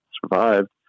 survived